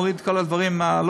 מוריד את כל הדברים הלא-טובים,